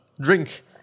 drink